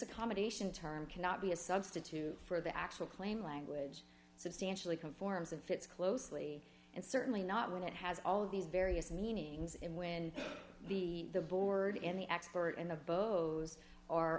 accommodation term cannot be a substitute for the actual claim language substantially conforms and fits closely and certainly not when it has all these various meanings and when the the board in the expert and of both are